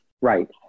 Right